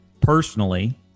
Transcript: personally